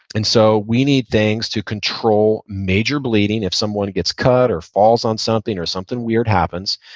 and so, we need things to control major bleeding if someone gets cut or falls on something or something weird happens.